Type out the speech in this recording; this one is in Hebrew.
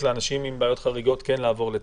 לאנשים עם בעיות חריגות כן לעבור לטאבה.